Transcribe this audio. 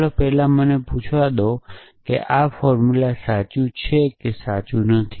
ચાલો પહેલા મને પૂછવા દઈએ કે આ ફોર્મુલા સાચું છે કે સાચું નથી